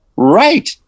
right